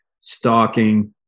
stalking